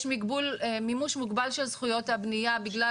יש מימוש מוגבל של זכויות הבניה בגלל